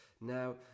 now